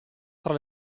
tra